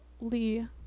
Lee